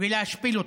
ולהשפיל אותם.